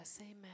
Amen